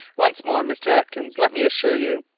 once more, mr. atkins, let me assure you,